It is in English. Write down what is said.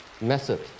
method